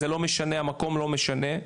המקום זה לא משנה.